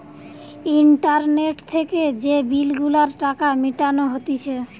internet থেকে যে bill গুলার টাকা মিটানো হতিছে